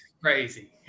crazy